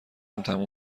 تموم